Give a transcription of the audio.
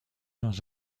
dans